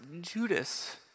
Judas